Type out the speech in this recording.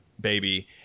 baby